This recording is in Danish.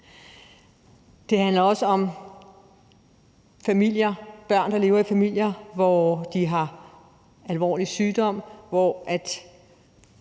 Det handler også om børn, der lever i familier, hvor der er alvorlig sygdom, eller